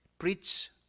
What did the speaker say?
Preach